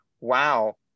wow